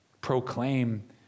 proclaim